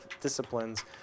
disciplines